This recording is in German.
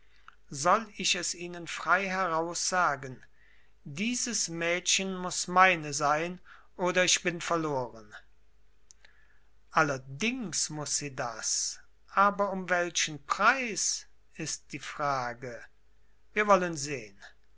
soll ich es ihnen frei heraus sagen dieses mädchen muß meine sein oder ich bin verloren allerdings muß sie das aber um welchen preis ist die frage wir wollen sehen